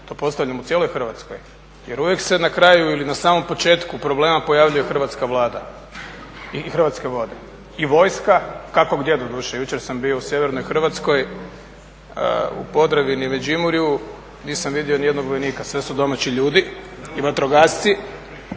To postavljamo cijeloj Hrvatskoj jer uvijek se na kraju ili na samom početku problema pojavljuje hrvatska Vlada i Hrvatske vode i vojska, kako gdje doduše. Jučer sam bio u sjevernoj Hrvatskoj u Podravini i Međimurju nisam vidio nijednog vojnika, sve su domaći ljudi i vatrogasci,